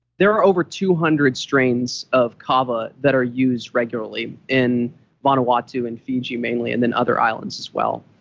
there are over two hundred strains of kava that are used regularly in vanuatu and fiji mainly, and then other islands, as well.